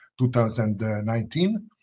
2019